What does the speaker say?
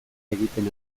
egiten